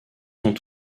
son